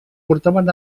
portaven